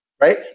right